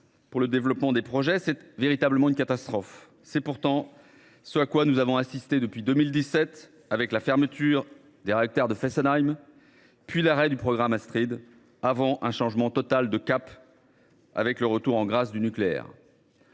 heurte à une inertie importante, c’est véritablement une catastrophe. C’est pourtant à cela que nous avons assisté depuis 2017 avec la fermeture des réacteurs de Fessenheim, puis l’arrêt du programme Astrid (), avant un changement total d’orientation avec le retour en grâce du nucléaire.